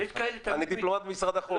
אני דיפלומט ממשרד החוץ.